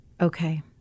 okay